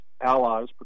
allies